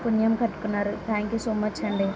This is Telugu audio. పుణ్యం కట్టుకున్నారు థ్యాంక్ యూ సో మచ్ అండి